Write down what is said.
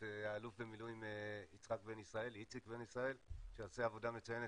את האלוף במילואים איציק בן ישראל שעושה עבודה מצוינת